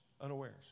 unawares